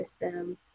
system